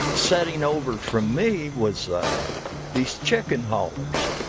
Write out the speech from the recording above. sitting over from me was these chicken haulers.